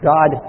God